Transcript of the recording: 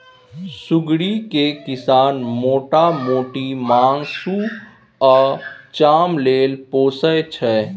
सुग्गरि केँ किसान मोटा मोटी मासु आ चाम लेल पोसय छै